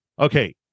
okay